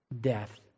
death